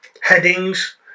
headings